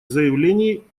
заявлений